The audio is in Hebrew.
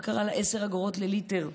מה קרה ל-10 אגורות לליטר?